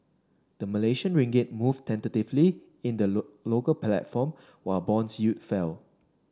the Malaysian Ringgit moved tentatively in the low local platform while bond yields fell